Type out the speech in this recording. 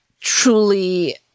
truly